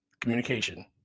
communication